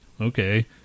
Okay